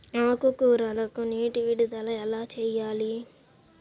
ఆకుకూరలకు నీటి విడుదల ఎలా చేయాలి?